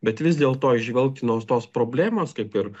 bet vis dėlto įžvelgtinos tos problemos kaip ir